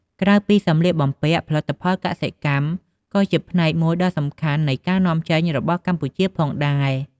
ក្រៅពីសម្លៀកបំពាក់ ផលិតផលកសិកម្ម ក៏ជាផ្នែកមួយដ៏សំខាន់នៃការនាំចេញរបស់កម្ពុជាផងដែរ។